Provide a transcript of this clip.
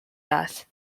death